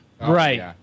Right